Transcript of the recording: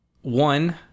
one